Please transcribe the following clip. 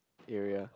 area